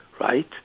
right